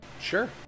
Sure